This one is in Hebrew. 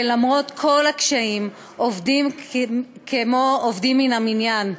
ולמרות כל הקשיים עובדים כמו עובדים מן המניין.